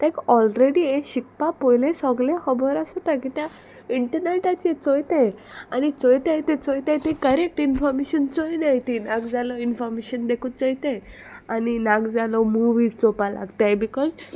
तेक ऑलरेडी हें शिकपा पोयलें सोगलें खोबोर आसोता कित्याक इंटनॅटाचेर चोयताय तें आनी चोयताय तें चोयताय ती करॅक्ट इनफोर्मेशन चोयनाय तीं नाक जालो इन्फॉमेशन देखूच चोयताय आनी नाक जालो मुवीज चोवपा लागताय बिकॉज